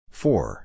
four